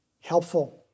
Helpful